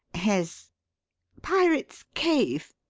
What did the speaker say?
his pirates' cave.